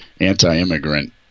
anti-immigrant